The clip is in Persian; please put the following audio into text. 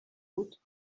بود